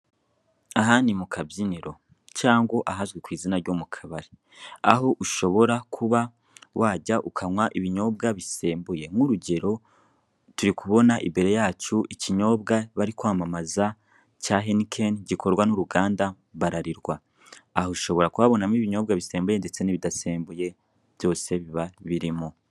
Aha ni mu kabyiniro cyangwa ahazwi ku izina ryo mu kabari, aho ushobora kuba wajya ukanywa ibinyobwa bisembuye nk'urugero, turi kubona imbere yacu ikinyobwa bari kwamamaza cya Henikeni gikorwa n'uruganda Burarirwa; aha ushobora kuhabonamo ibinyobwa bisembuye ndetse n'ibidasembuye, byose biba birimo.